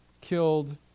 killed